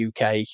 uk